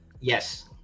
yes